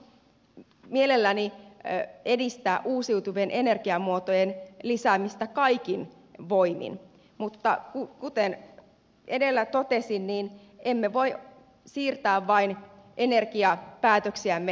haluan mielelläni edistää uusiutuvien energiamuotojen lisäämistä kaikin voimin mutta kuten edellä totesin emme voi vain siirtää energiapäätöksiämme seuraavalle sukupolvelle